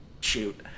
Shoot